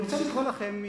זה חשוב מאוד לאמריקנים.